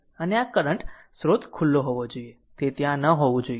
અને આ કરંટ સ્રોત ખુલ્લો હોવો જોઈએ તે ત્યાં ન હોવું જોઈએ